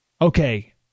okay